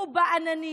הוא בעננים,